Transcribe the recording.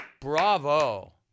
Bravo